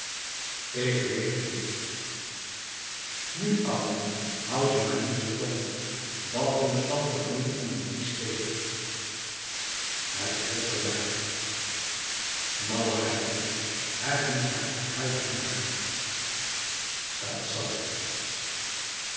ik weet het niet nu ouwe houd je maar niet zo dom wat moest dat geknoei onder die steen het behoort erbij malligheid nèh het moest haar uithuizig maken dat zal hef